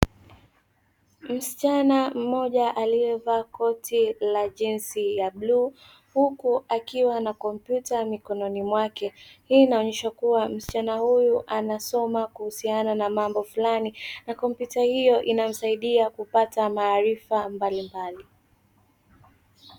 Msichana mmoja alie vaa koti la jinsi ya bluu huku akiwa na kompyuta mikononi mwake hii inaonesha kuwa msichana huyu anasoma kuhusiana na mambo fulani na kompyuta hiyo inamsaidia kupata maarifa mbalimbali.